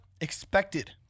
expected